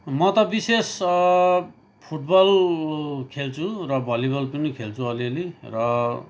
म त विशेष फुटबल खेल्छु र भलिबल पनि खेल्छु अलिअलि र